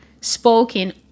spoken